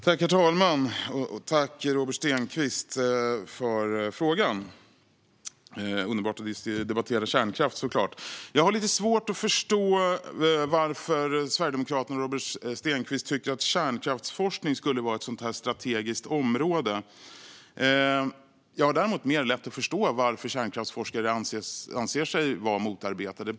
Herr talman! Tack, Robert Stenkvist, för frågan! Det är såklart underbart att debattera kärnkraft. Jag har lite svårt att förstå varför Sverigedemokraterna och Robert Stenkvist tycker att kärnkraftsforskning skulle vara ett strategiskt område. Jag har däremot lättare att förstå varför kärnkraftsforskare anser sig vara motarbetade.